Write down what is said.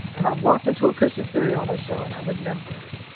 and i walked into a christian siriano show and i remembered